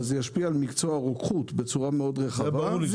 אבל זה ישפיע על מקצוע הרוקחות בצורה רחבה מאוד.